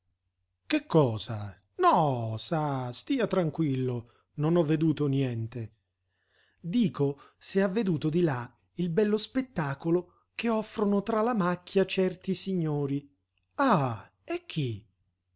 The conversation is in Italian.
che cosa no sa stia tranquillo non ho veduto niente dico se ha veduto di là il bello spettacolo che offrono tra la macchia certi signori ah e chi